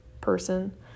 person